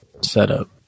setup